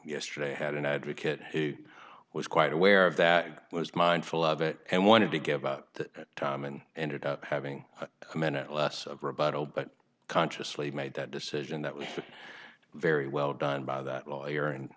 yesterday i had an advocate was quite aware of that that was mindful of it and wanted to give out that time and ended up having a minute less of rebuttal but consciously made that decision that was very well done by that lawyer and